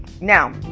now